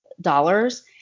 dollars